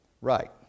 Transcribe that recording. Right